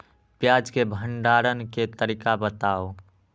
प्याज के भंडारण के तरीका बताऊ?